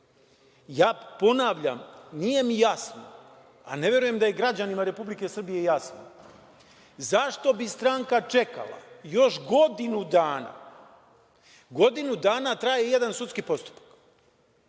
advokata. Ponavljam, nije mi jasno, a ne verujem da je građanima Republike Srbije jasno, zašto bi stranka čekala još godinu dana? Godinu dana traje jedan sudski postupak.